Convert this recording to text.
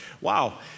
wow